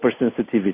hypersensitivity